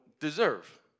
deserve